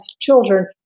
children